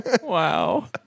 Wow